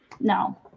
No